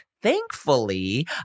Thankfully